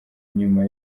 nyuma